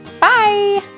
Bye